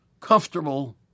comfortable